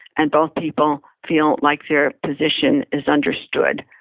and both people feel like their position is understood.